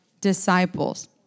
disciples